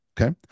okay